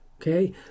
Okay